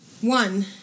one